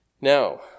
Now